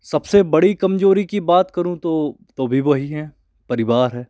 सबसे बड़ी कमजोरी की बात करूँ तो तो भी वही हैं परिवार है